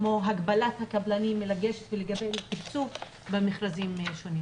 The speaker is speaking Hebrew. כמו הגבלת הקבלנים לגשת ולקבל תקצוב במכרזים שונים.